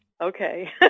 Okay